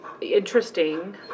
interesting